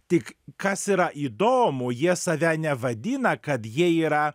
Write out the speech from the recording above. tik kas yra įdomu jie save nevadina kad jie yra